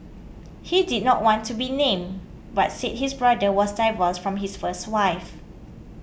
he did not want to be named but said his brother was divorced from his first wife